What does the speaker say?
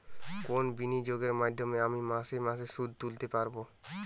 কোন বিনিয়োগের মাধ্যমে আমি মাসে মাসে সুদ তুলতে পারবো?